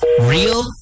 Real